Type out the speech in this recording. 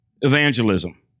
evangelism